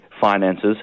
finances